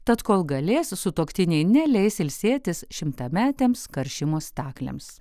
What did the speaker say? tad kol galės sutuoktiniai neleis ilsėtis šimtametėms karšimo staklėms